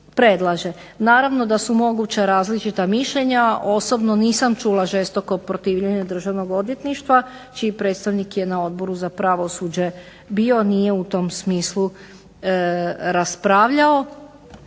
predlaže. Naravno da su moguća različita mišljenja, osobno nisam čula žestoko protivljenje državnog odvjetništva čiji predstavnik je na Odboru za pravosuđe bio, nije u tom smislu raspravljao,